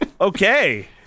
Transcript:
Okay